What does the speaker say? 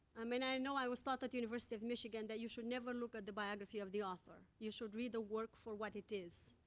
i mean, i know i was taught at the university of michigan that you should never look at the biography of the author. you should read the work for what it is.